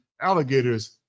alligators